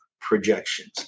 projections